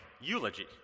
eulogy